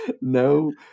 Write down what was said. no